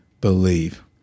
believe